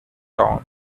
dawn